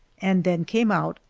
and then came out,